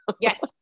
Yes